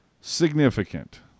significant